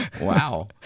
Wow